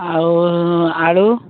ଆଉ ଆଳୁ